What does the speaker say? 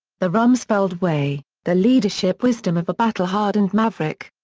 the rumsfeld way the leadership wisdom of a battle-hardened maverick.